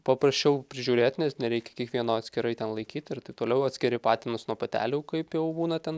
paprasčiau prižiūrėt nes nereikia kiekvieno atskirai ten laikyt ir taip toliau atskiri patinus nuo patelių kaip jau būna ten